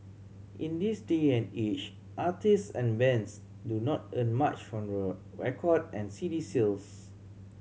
in this day and age artist and bands do not earn much from record and C D sales